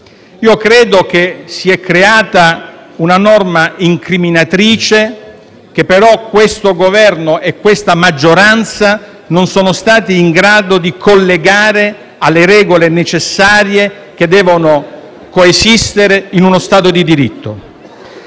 Credo si sia creata una norma incriminatrice, che però questo Governo e questa maggioranza non sono stati in grado di collegare alle regole necessarie che devono coesistere in uno Stato di diritto.